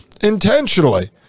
intentionally